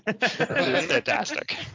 fantastic